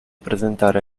presentare